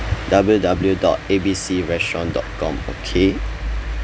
W W dot A B C restaurant dot com okay